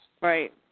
Right